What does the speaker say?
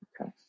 Okay